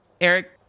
Eric